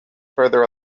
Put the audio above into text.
further